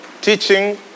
teaching